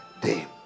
day